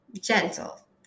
gentle